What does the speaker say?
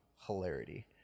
hilarity